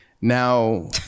Now